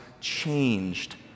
changed